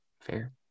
Fair